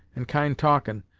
and kind talkin',